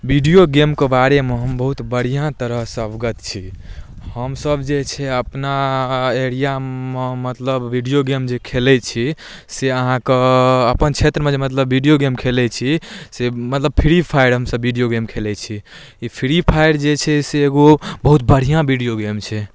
video गेमके बारेमे हम बहुत बढ़िआँ तरहसँ अवगत छी हमसभ जे छै अपना एरिआमे मतलब वीडिओ गेम जे खेलै छी से अहाँके अपन क्षेत्रमे मतलब वीडिओ गेम खेलै छी से मतलब फ्री फायर हमसभ वीडिओ गेम खेलै छी ई फ्री फायर जे छै से एगो बहुत बढ़िआँ वीडिओ गेम छै